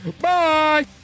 Bye